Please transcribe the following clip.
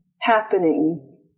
happening